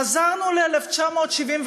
חזרנו ל-1977,